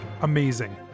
amazing